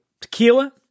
tequila